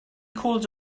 called